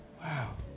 Wow